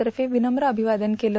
तर्फे विनम्र अभिवादन केलं